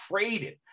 traded